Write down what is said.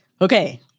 okay